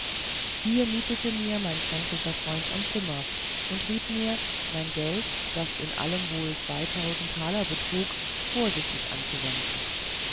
hier mietete mir mein fränkischer freund ein zimmer und riet mir mein geld das in allem zweitausend taler betrug vorsichtig anzuwenden